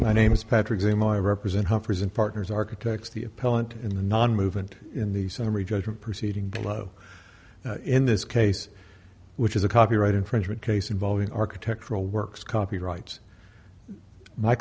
my name is patrick same i represent humphries and partners architects the appellant in the non movement in the summary judgment proceeding below in this case which is a copyright infringement case involving architectural works copyrights my